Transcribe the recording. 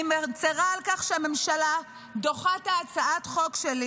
אני מצירה על כך שהממשלה דוחה את הצעת החוק שלי